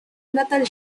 natal